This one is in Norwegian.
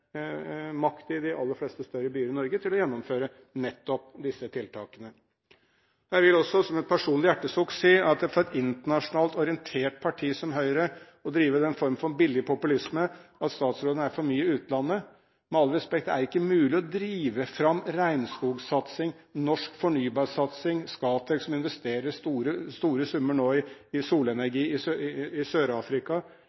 makt i de aller fleste større byene i Norge, til å gjennomføre nettopp disse tiltakene. Jeg vil også komme med et personlig hjertesukk når et internasjonalt orientert parti som Høyre driver en form for billig populisme og sier at statsråden er for mye i utlandet. Med all respekt; det er ikke mulig å drive fram regnskogsatsing, norsk fornybarsatsing, Scatec som nå investerer store summer i solenergi i